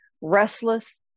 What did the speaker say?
restless